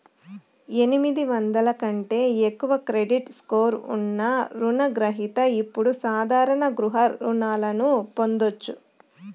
ఎనిమిది వందల కంటే ఎక్కువ క్రెడిట్ స్కోర్ ఉన్న రుణ గ్రహిత ఇప్పుడు సాధారణ గృహ రుణాలను పొందొచ్చు